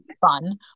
fun